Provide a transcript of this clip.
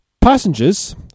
Passengers